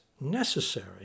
necessary